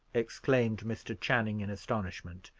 exclaimed mr. channing in astonishment,